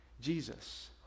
Jesus